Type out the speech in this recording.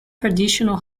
traditional